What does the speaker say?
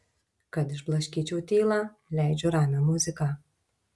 kad išblaškyčiau tylą leidžiu ramią muziką